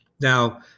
Now